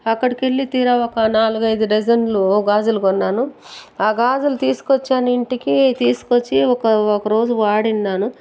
అక్కడికెళ్ళి తీరా ఒక నాలుగు ఐదు డజన్లు గాజులు కొన్నాను ఆ గాజులు తీసుకొచ్చాను ఇంటికి తీసుకొచ్చి ఒక ఒకరోజు వాడినాను